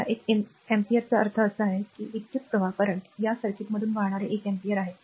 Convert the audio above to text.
या एक एम्पीयरचा अर्थ असा आहे की ही विद्युतप्रवाह या सर्किटमधून वाहणारे एक एम्पीयर आहे